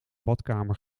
badkamer